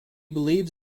believes